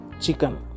chicken